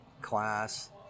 class